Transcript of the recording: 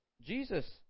Jesus